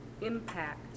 Impact